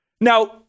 Now